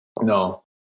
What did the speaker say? No